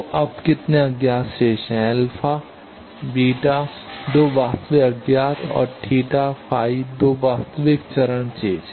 तो अब कितने अज्ञात शेष हैं अल्फा α बीटा β 2 वास्तविक अज्ञात और थीटा θ φ 2 वास्तविक चरण चीज